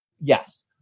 Yes